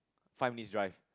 five minutes drive